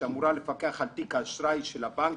שאמורה לפקח על תיק האשראי של הבנק,